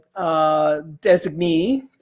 designee